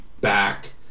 back